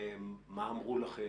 מה אמרו לכם?